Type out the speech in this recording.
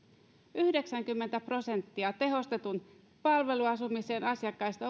yhdeksänkymmentä prosenttia tehostetun palveluasumisen asiakkaista